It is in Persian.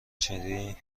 چینی